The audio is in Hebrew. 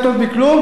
אבל זה לא פתרון.